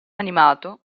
animato